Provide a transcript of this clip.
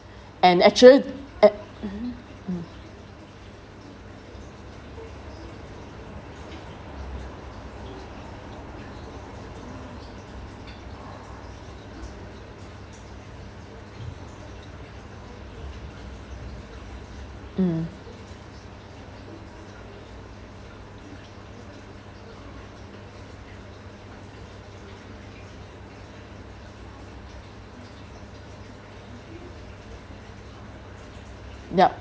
and actually act~ mmhmm mm yup